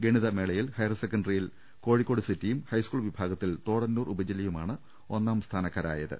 ഗണിത മേളയിൽ ഹയർ സെക്കൻഡറിയിൽ കോഴിക്കോട് സിറ്റിയും ഹൈസ്കൂൾ വിഭാഗത്തിൽ തോടന്നൂർ ഉപജില്ല യുമാണ് ഒന്നാംസ്ഥാനക്കാരായത്